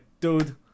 dude